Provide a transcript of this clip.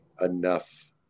enough